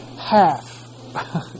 half